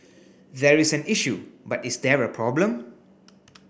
there is an issue but is there a problem